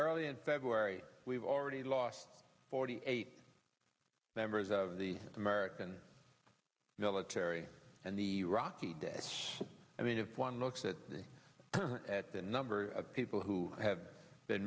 early in february we've already lost forty eight members of the american military and the rocky desh i mean if one looks at the at the number of people who have been